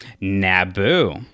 nabu